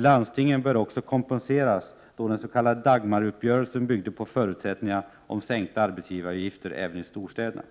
Landstingen bör också kompenseras, då den s.k. Dagmaruppgörelsen byggde på förutsättningen om sänkta arbetsgivaravgifter även i storstäderna.